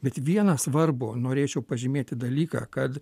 bet vieną svarbų norėčiau pažymėti dalyką kad